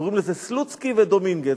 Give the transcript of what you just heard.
קוראים לזה "סלוצקי ודומינגז",